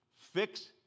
fix